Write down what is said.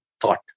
thought